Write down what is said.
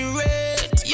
red